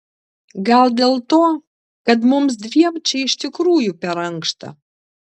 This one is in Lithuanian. gal dėl to kad mums dviem čia iš tikrųjų per ankšta